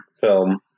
film